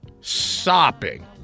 sopping